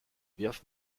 wirf